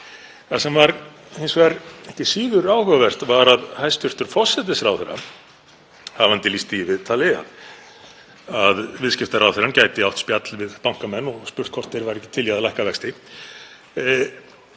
Það sem var hins vegar ekki síður áhugavert var að hæstv. forsætisráðherra, hafandi lýst því í viðtali að viðskiptaráðherrann gæti átt spjall við bankamenn og spurt hvort þeir væru ekki til í að lækka vexti,